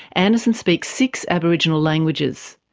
anderson speaks six aboriginal languages.